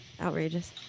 outrageous